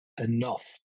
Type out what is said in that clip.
Enough